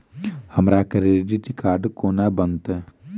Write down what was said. हमरा credit card कोना बनतै?